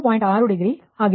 6 degree ಬರುತ್ತದೆ